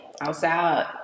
outside